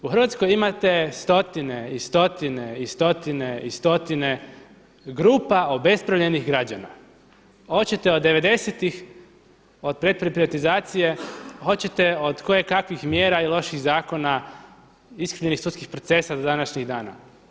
U Hrvatskoj imate stotine i stotine i stotine i stotine grupa obespravljenih građana, hoćete od '90.-tih, od pretprivatizacije, hoćete od koje kakvih mjera i loših zakona, iskrivljenih sudskih proces do današnjih dana.